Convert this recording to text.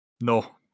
No